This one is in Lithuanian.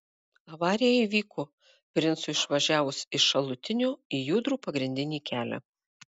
avarija įvyko princui išvažiavus iš šalutinio į judrų pagrindinį kelią